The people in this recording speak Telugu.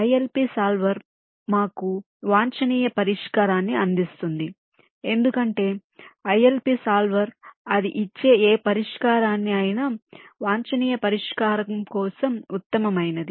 ILP సాల్వర్ మాకు వాంఛనీయ పరిష్కారాన్ని అందిస్తుంది ఎందుకంటే ILP సాల్వర్ అది ఇచ్చే ఏ పరిష్కారాన్ని అయినా వాంఛనీయ పరిష్కారం కోసం ఉత్తమమైనది